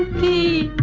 he